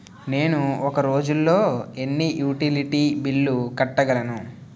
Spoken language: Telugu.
నేను ఒక రోజుల్లో ఎన్ని యుటిలిటీ బిల్లు కట్టగలను?